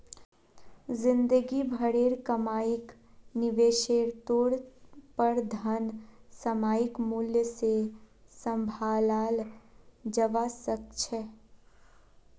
जिंदगी भरेर कमाईक निवेशेर तौर पर धन सामयिक मूल्य से सम्भालाल जवा सक छे